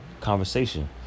conversation